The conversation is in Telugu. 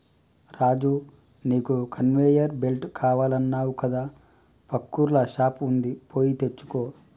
రాజు నీకు కన్వేయర్ బెల్ట్ కావాలన్నావు కదా పక్కూర్ల షాప్ వుంది పోయి తెచ్చుకో